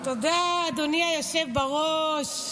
תודה, אדוני היושב בראש.